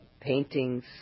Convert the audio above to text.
paintings